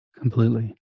Completely